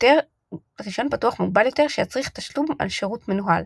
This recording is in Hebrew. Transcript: יותר שיצריך תשלום על שירות מנוהל.